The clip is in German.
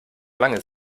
lange